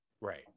Right